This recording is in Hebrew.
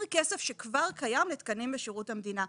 כסף שכבר קיים לתקנים בשירות המדינה.